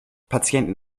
patienten